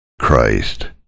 Christ